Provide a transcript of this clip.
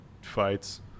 fights